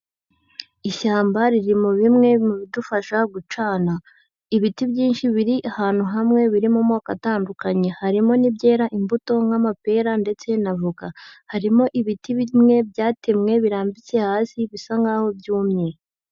Ishyamba riri mu bimwe mu bidufasha gucana, ibiti byinshi biri ahantu hamwe biri mu moko atandukanye, harimo n'ibyera imbuto nk'amapera ndetse na voka, harimo ibiti bimwe byatemwe birambitse hasi bisa nkaho byumye.